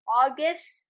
August